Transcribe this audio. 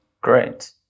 Great